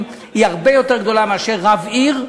היא הרבה יותר גדולה מאשר של רב עיר.